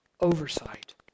oversight